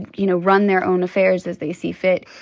you know, run their own affairs as they see fit?